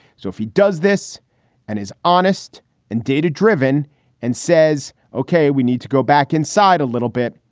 so if he does this and is honest and data driven and says, ok, we need to go back inside a little bit,